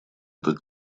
этот